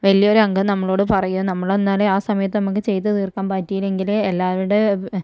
വലിയ ഒരു അംഗം നമ്മളോട് പറയും നമ്മളന്നേരം ആ സമയത്തു നമുക്ക് ചെയ്ത് തീർക്കാൻ പറ്റിയില്ലെങ്കിൽ എല്ലാവരുടെയും